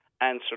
Answer